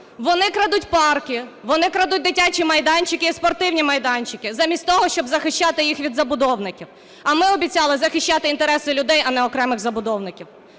Вони крадуть парки, вони крадуть дитячі майданчики, спортивні майданчики замість того, щоб захищати їх від забудовників. А ми обіцяли захищати інтереси людей, а не окремих забудовників.